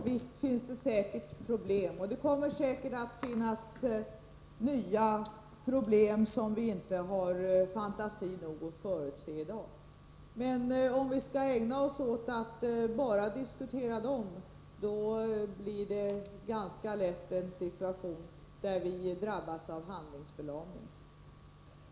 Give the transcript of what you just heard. Herr talman! Det finns förvisso problem, och det kommer säkert att finnas nya problem som vi inte har fantasi nog att förutse i dag. Men om vi skall ägna oss åt att bara diskutera dem, blir det ganska lätt en situation där vi drabbas av handlingsförlamning.